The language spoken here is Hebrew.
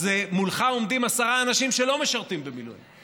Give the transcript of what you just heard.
אז מולך עומדים עשרה אנשים שלא משרתים במילואים,